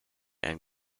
and